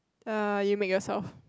uh you make yourself